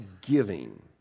giving